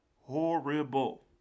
Horrible